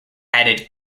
added